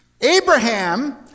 Abraham